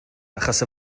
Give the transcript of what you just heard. achos